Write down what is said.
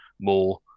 more